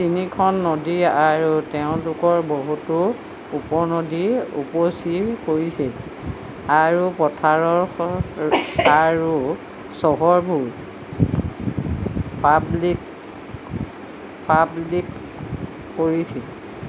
তিনিখন নদী আৰু সেইসমূহৰ বহুতো উপনদী উপচি পৰিছিল আৰু পথাৰ আৰু চহৰবোৰ প্লাৱিত কৰিছিল